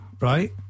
right